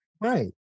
Right